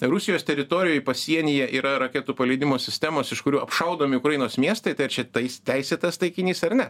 rusijos teritorijoj pasienyje yra raketų paleidimo sistemos iš kurių apšaudomi ukrainos miestai tai ar čia teisėtas taikinys ar ne